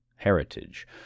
heritage